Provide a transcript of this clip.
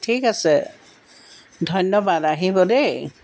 ঠিক আছে ধন্যবাদ আহিব দেই